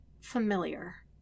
familiar